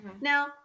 Now